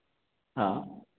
हाँ